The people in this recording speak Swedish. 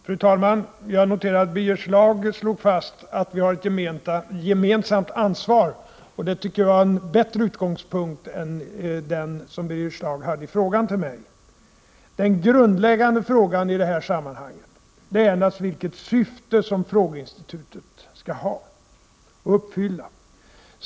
Fru talman! Jag noterar att Birger Schlaug slog fast att vi har ett gemensamt ansvar. Det tycker jag var en bättre utgångspunkt än den som Birger Schlaug hade i frågan till mig. Den grundläggande frågan i detta sammanhang är naturligtvis vilket syfte frågeinstitutet skall uppfylla.